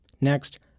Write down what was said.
Next